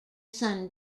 son